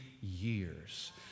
years